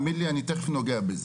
חה"כ תאמין לי אני תכף נוגע בזה.